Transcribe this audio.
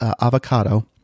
avocado